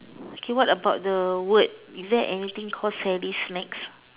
okay what about the word is there anything call Sally's snacks